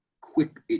quick